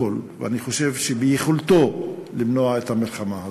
ואני חושב שביכולתו למנוע את המלחמה הזאת.